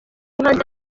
muhanzi